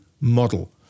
model